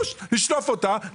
לשלוף אותה,